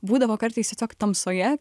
būdavo kartais tiesiog tamsoje